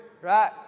Right